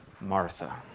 Martha